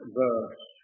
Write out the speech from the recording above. verse